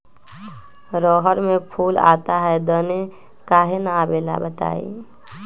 रहर मे फूल आता हैं दने काहे न आबेले बताई?